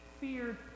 feared